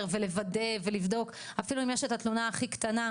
ולוודא ולבדוק - אפילו אם יש את התלונה הכי קטנה,